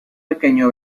pequeño